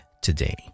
today